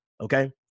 okay